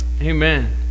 Amen